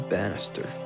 Bannister